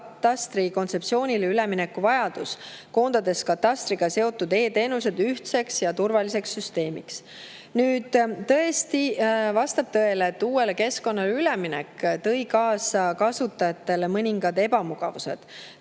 katastrikontseptsioonile, koondades katastriga seotud e-teenused ühtseks ja turvaliseks süsteemiks. Tõesti vastab tõele, et uuele keskkonnale üleminek tõi kaasa kasutajatele mõningad ebamugavused.